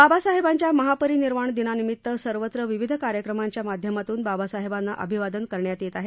बाबासाहेबांच्या महापरिनिर्वाणदिनानिमित्त सर्वत्र विविध कार्यक्रमांच्या माध्यमातून बाबासाहेबांना अभिवादन करण्यात येत आहे